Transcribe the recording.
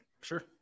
sure